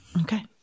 Okay